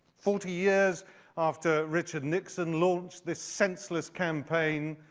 forty years after richard nixon launched this senseless campaign,